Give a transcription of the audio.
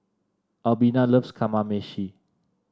Albina loves Kamameshi